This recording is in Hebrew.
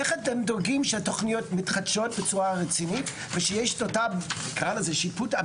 איך אתם דואגים שהתוכניות מתחדשות בצורה רצינית ושיש שיפוט אמיתי